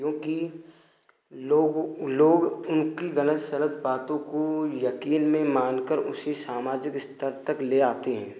क्योंकि लोग उनको लोग उनकी गलत सलत बातों को यकीन में मानकर उसे सामाजिक स्तर तक ले आते हैं